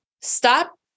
Stop